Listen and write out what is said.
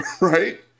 right